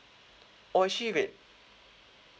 oh actually wait